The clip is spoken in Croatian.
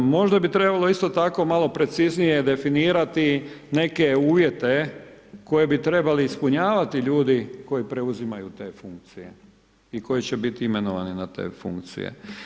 Možda bi trebalo isto tako malo preciznije definirati neke uvjete koje bi trebali ispunjavati ljudi koji preuzimaju te funkcije i koji će biti imenovani na te funkcije.